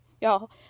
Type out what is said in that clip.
y'all